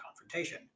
confrontation